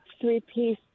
three-piece